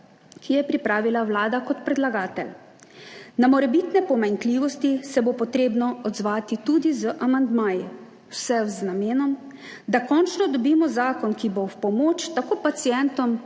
ga je pripravila Vlada kot predlagatelj. Na morebitne pomanjkljivosti se bo treba odzvati tudi z amandmaji, vse z namenom, da končno dobimo zakon, ki bo v pomoč tako pacientom